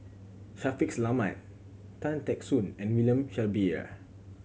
Shaffiq Selamat Tan Teck Soon and William Shellabear